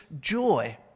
joy